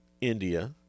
India